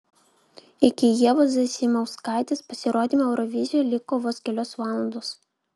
iki ievos zasimauskaitės pasirodymo eurovizijoje liko vos kelios valandos